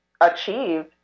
achieve